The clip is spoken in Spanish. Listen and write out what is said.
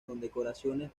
condecoraciones